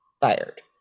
Fired